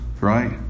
right